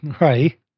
Right